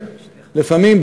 לפעמים,